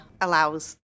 allows